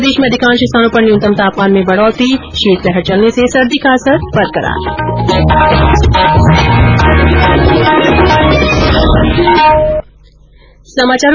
प्रदेश में अधिकांश स्थानों पर न्यूनतम तापमान में बढ़ोतरी शीतलहर चलने से सर्दी का असर बरकरार